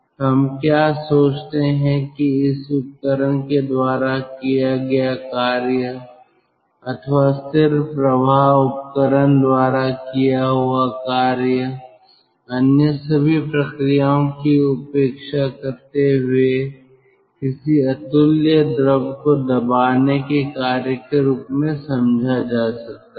तो हम क्या सोचते हैं कि इस उपकरण के द्वारा किया गया कार्य अथवा स्थिर प्रवाह उपकरण द्वारा किया हुआ कार्य अन्य सभी प्रक्रियाओं की उपेक्षा करते हुए किसी अतुल्य द्रव को दबाने के कार्य के रूप में समझा जा सकता है